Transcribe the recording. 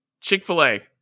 Chick-fil-A